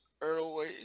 early